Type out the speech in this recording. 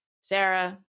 Sarah